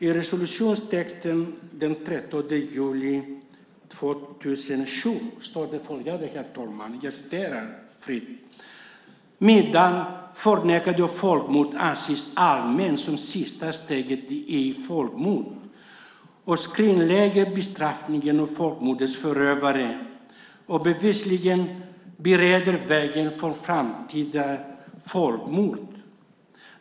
I resolutionstexten från den 13 juli 2007 står det följande: Förnekande av folkmord anses allmänt som sista steget i ett folkmord och skrinlägger bestraffningen av folkmordets förövare och bereder bevisligen vägen för framtida folkmord.